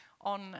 on